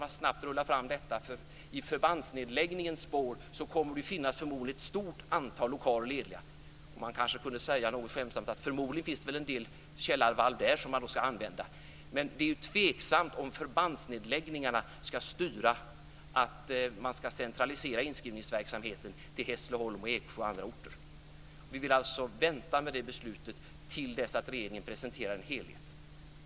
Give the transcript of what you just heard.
Man kanske kunde säga något skämtsamt att förmodligen finns det väl en del källarvalv där som man då skulle kunna använda. Men det är ju tveksamt om förbandsnedläggningarna ska styra att man ska centralisera inskrivningsverksamheten till Hässleholm, Eksjö och andra orter.